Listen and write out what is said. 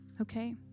okay